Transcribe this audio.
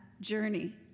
journey